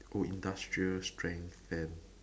go industrial strength and